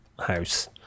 house